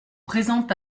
présent